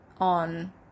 on